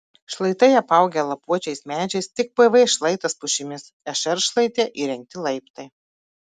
šlaitai apaugę lapuočiais medžiais tik pv šlaitas pušimis šr šlaite įrengti laiptai